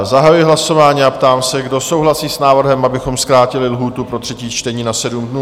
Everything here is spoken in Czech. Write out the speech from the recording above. Zahajuji hlasování a ptám se, kdo souhlasí s návrhem, abychom zkrátili lhůtu pro třetí čtení na 7 dnů?